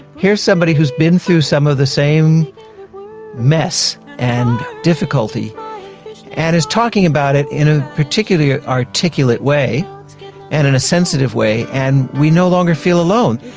here is somebody who's been through some of the same mess and difficulty and is talking about it in a particularly ah articulate way and in a sensitive way, and we no longer feel alone.